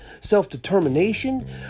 self-determination